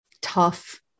tough